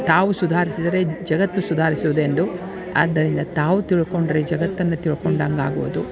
ತಾವು ಸುಧಾರಿಸಿದರೆ ಜಗತ್ತು ಸುಧಾರಿಸುವುದೆಂದು ಆದ್ದರಿಂದ ತಾವು ತಿಳ್ಕೊಂಡರೆ ಜಗತ್ತನ್ನು ತಿಳ್ಕೊಂಡಂಗೆ ಆಗೋದು